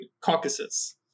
Caucuses